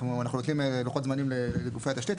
אנחנו נותנים לוחות זמנים לגופי התשתית,